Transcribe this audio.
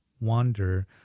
wander